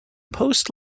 post